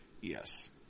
Yes